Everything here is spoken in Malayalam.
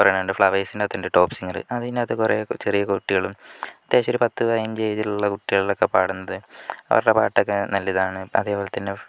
കുറേ എണ്ണമുണ്ട് ഫ്ലവേസിനകത്തുണ്ട് ടോപ് സിംഗർ അതിനകത്ത് കുറേ ചെറിയ കുട്ടികളും അത്യാവശ്യം ഒരു പത്ത് പതിനഞ്ചു ഏജിലുള്ള കുട്ടികളൊക്കെ പാടുന്നത് അവരുടെ പാട്ടൊക്കെ നല്ല ഇതാണ് അതേപോലെ തന്നെ